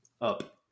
up